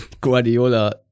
Guardiola